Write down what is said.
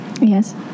Yes